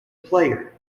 player